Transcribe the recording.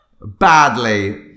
badly